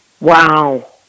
Wow